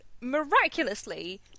miraculously